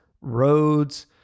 roads